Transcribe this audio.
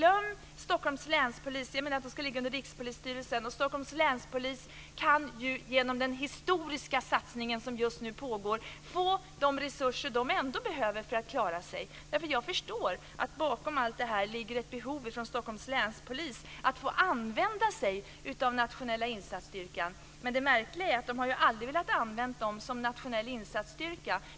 Polisen i Stockholms län kan ändå genom den historiska satsning som just nu görs få de resurser den behöver för att klara sig. Jag förstår att det bakom alltihop ligger ett behov hos polisen i Stockholms län att få använda sig av Nationella insatsstyrkan. Det märkliga är att man aldrig har velat använda styrkan som nationell insatsstyrka.